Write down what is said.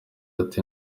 ati